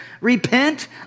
repent